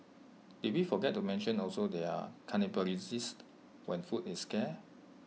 did we forget to mention also they're cannibalistic when food is scarce